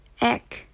egg